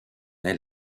est